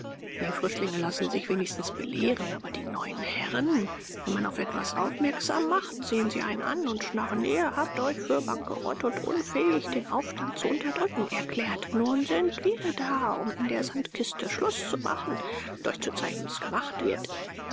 die frischlinge lassen sich wenigstens belehren aber die neuen herren wenn man auf etwas aufmerksam macht sehen sie einen an und schnarren ihr habt euch für bankerott und unfähig den aufstand zu unterdrücken erklärt nun sind wir da um in der sandkiste schluß zu machen und euch zu zeigen wie's gemacht wird